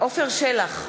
עפר שלח,